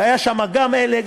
והיו שם גם אלה,